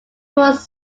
was